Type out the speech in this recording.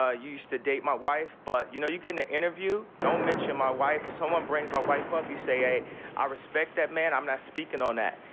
ah used to date my wife but, you know you getting an interview, don't mention my wife. if someone brings my wife up, you say i ah respect that man. i'm not speaking on that.